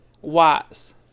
Watts